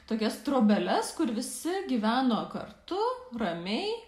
tokias trobeles kur visi gyveno kartu ramiai